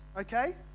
okay